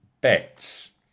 bets